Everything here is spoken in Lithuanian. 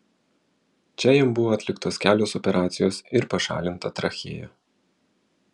čia jam buvo atliktos kelios operacijos ir pašalinta trachėja